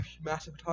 massive